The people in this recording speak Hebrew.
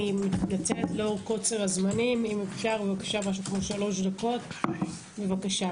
בשל קוצר הזמנים, אם אפשר שלוש דקות, בבקשה.